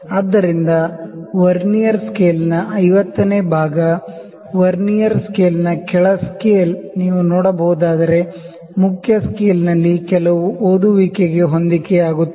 ಆದ್ದರಿಂದ ವರ್ನಿಯರ್ ಸ್ಕೇಲ್ನ 50 ನೇ ವಿಭಾಗ ವರ್ನಿಯರ್ ಸ್ಕೇಲ್ನ ಕೆಳ ಸ್ಕೇಲ್ ನೀವು ನೋಡಬಹುದಾದರೆ ಮುಖ್ಯ ಸ್ಕೇಲ್ನಲ್ಲಿ ಕೆಲವು ರೀಡಿಂಗ್ ಗೆ ಹೊಂದಿಕೆಯಾಗುತ್ತದೆ